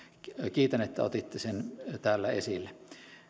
kiitän että otitte sen täällä esille